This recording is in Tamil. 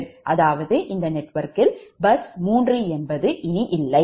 அதாவது இந்த நெட்வொர்க்கில் பஸ் 3 இல்லை